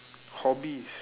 hobbies